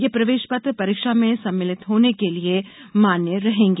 ये प्रवेष पत्र परीक्षा में सम्मिलित होने के लिए मान्य रहेंगे